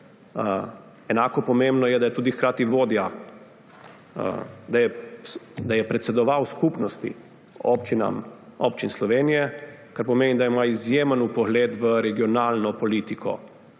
enak pomembno je, da je tudi hkrati vodja, da je predsedoval Skupnosti občin Slovenije, kar pomeni, da ima izjemen vpogled v regionalno politiko